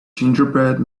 gingerbread